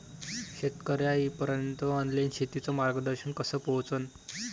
शेतकर्याइपर्यंत ऑनलाईन शेतीचं मार्गदर्शन कस पोहोचन?